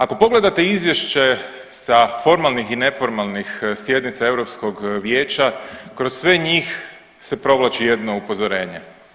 Ako pogledate izvješće sa formalnih i neformalnih sjednica Europskog vijeća kroz sve njih se provlači jedno upozorenje.